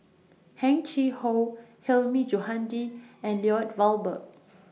Heng Chee How Hilmi Johandi and Lloyd Valberg